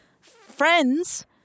friends